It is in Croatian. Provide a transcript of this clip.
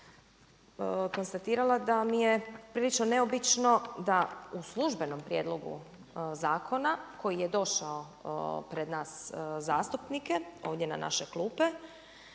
konstatirala da mi je prilično neobično da u službenom prijedlogu zakona, koji je došao pred nas zastupnike, ovdje na naše klupe,